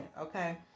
okay